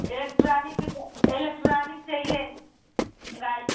electronic electronic चाहिए गाड़ी